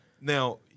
now